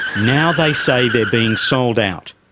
now they say they're being sold out.